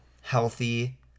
healthy